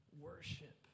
Worship